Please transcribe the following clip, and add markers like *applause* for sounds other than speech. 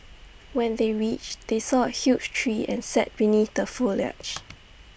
when they reached they saw A huge tree and sat beneath the foliage *noise*